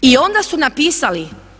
I onda su napisali.